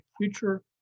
future